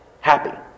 happy